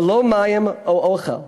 ללא מים או אוכל.